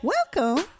Welcome